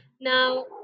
Now